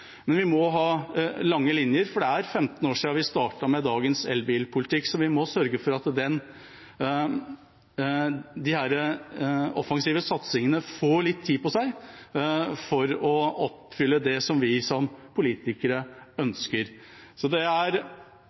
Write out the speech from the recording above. men vi må ha lange linjer, for det er 15 år siden vi startet med dagens elbilpolitikk. Så vi må sørge for at disse offensive satsingene får litt tid på seg for å oppnå det som vi som politikere ønsker. Det er